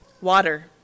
water